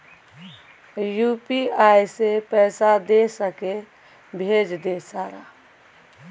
UPI से पैसा दे सके भेज दे सारा?